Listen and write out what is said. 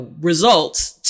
results